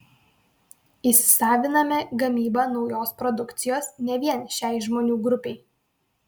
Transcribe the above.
įsisaviname gamybą naujos produkcijos ne vien šiai žmonių grupei